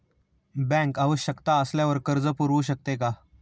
Bank आवश्यकता असल्यावर कर्ज पुरवू शकते का?